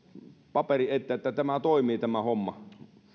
paperi eteen että tämä toimii tämä homma